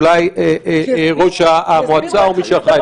אולי מראש המועצה או ממי שאחראי,